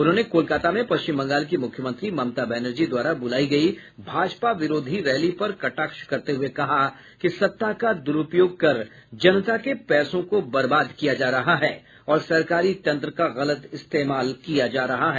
उन्होंने कोलकाता में पश्चिम बंगाल की मुख्यमंत्री ममता बनर्जी द्वारा बुलाई गयी भाजपा विरोधी रैली पर कटाक्ष करते हुये कहा कि सत्ता का दुरूपयोग कर जनता के पैसों को बर्बाद किया जा रहा और सरकारी तंत्र का गलत इस्तेमाल किया जा रहा है